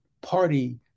party